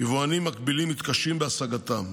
יבואנים מקבילים מתקשים בהשגתם.